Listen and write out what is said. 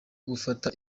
gufata